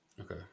Okay